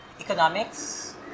economics